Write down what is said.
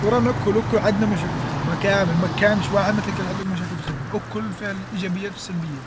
و رانا كل كل عندنا مشاكل في الخدمه كامل مكانش واحد ما تلقى عندو مشاكل في الخدمه و كل فيها الإيجابيات و السلبيات.